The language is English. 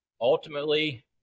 Ultimately